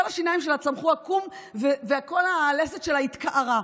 כל השיניים שלה צמחו עקום וכל הלסת שלה התכערה.